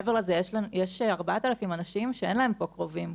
מעבר לזה, יש 4,000 אנשים שאין להם פה קרובים,